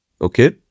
Okay